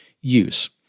use